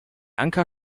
anker